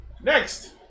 Next